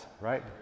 right